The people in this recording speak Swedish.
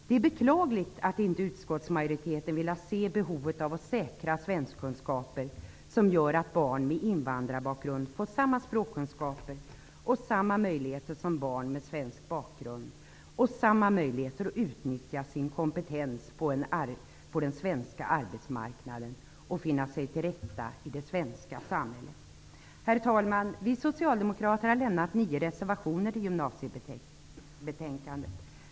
Det är beklagligt att inte utskottsmajoriteten velat se behovet av att säkra svenskakunskaper för barn med invandrarbakgrund. Dessa barn skulle då få samma språkkunskaper som barn med svensk bakgrund och samma möjligheter att utnyttja sin kompetens på den svenska arbetsmarknaden och att finna sig till rätta i det svenska samhället. Herr talman! Vi socialdemokrater har fogat nio reservationer till betänkandet om gymnasieskolan.